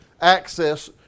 access